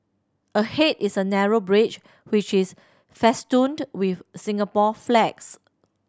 ahead is a narrow bridge which is festooned with Singapore flags